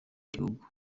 gihugu